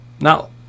Now